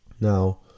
now